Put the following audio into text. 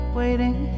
waiting